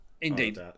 Indeed